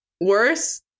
worse